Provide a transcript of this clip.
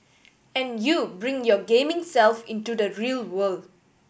and you bring your gaming self into the real world